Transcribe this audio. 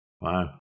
Wow